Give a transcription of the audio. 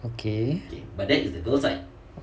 okay